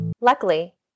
Luckily